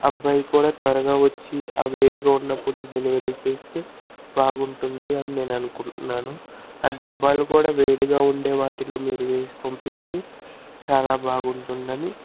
అబ్బాయి కూడా త్వరగా వచ్చి ఆ వేడిగా ఉన్నప్పుడు డెలివరీ చేస్తే బాగుంటుంది అని నేను అనుకుంటున్నాను ఆ డబ్బాలు కూడా వేడిగా ఉండే వాటిలో మీరు వేసి పంపిస్తే చాలా బాగుంటుందని